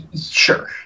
Sure